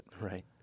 Right